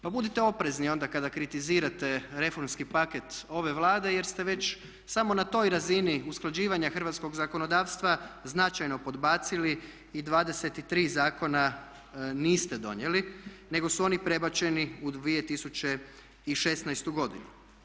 Pa budite oprezni onda kada kritizirate reformski paket ove Vlade jer ste već samo na toj razini usklađivanja hrvatskog zakonodavstva značajno podbacili i 23 zakona niste donijeli nego su oni prebačeni u 2016. godinu.